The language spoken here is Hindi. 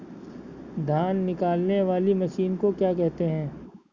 धान निकालने वाली मशीन को क्या कहते हैं?